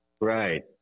Right